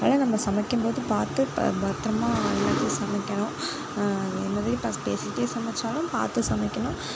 அதனால் நம்ம சமைக்கும் போது பார்த்து பத்திரமா எல்லாத்தையும் சமைக்கணும் என்னத்தையும் பார்த்து பேசிக்கிட்டே சமைச்சாலும் பார்த்து சமைக்கணும்